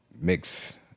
mix